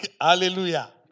Hallelujah